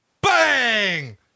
Bang